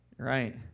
Right